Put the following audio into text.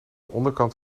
onderkant